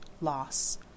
loss